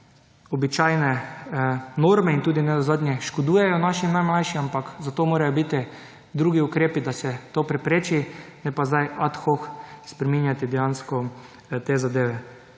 običajne norme in tudi nenazadnje škodujejo našim najmlajšim, ampak za to morajo biti drugi ukrepi, da se to prepreči, ne pa zdaj »ad hoc« spreminjati dejansko te zadeve.